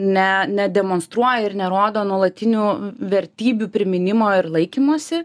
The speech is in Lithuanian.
ne nedemonstruoja ir nerodo nuolatinių vertybių priminimo ir laikymosi